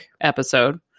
episode